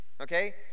Okay